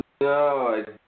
no